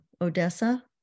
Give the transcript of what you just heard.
Odessa